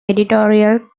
editorial